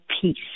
peace